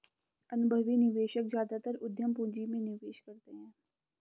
अनुभवी निवेशक ज्यादातर उद्यम पूंजी में निवेश करते हैं